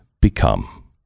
become